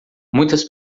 muitas